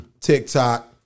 TikTok